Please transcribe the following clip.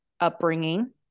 upbringing